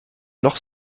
noch